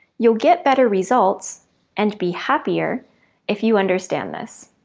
you'll get better results and be happier if you understand this.